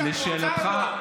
אז לשאלתך,